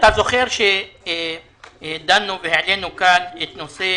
אתה זוכר שדנו והעלינו פה את נושא